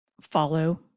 follow